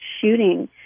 shooting